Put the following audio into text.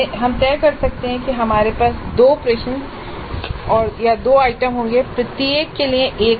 हम तय कर सकते हैं कि हमारे पास दो प्रश्नदो आइटम होंगे प्रत्येक के लिए 1 अंक